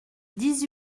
dix